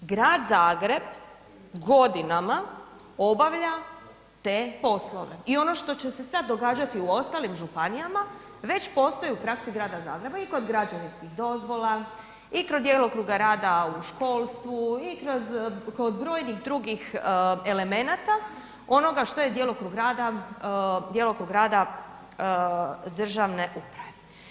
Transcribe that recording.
Grad Zagreb godinama obavlja te poslove i ono što će se sad događati u ostalim županijama već postoji u praksi Grada Zagreba i kod građevinskih dozvola i kod djelokruga rada u školstvu i kroz, kod brojnih drugih elemenata onoga što je djelokrug rada, djelokrug rada državne uprave.